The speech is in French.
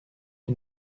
les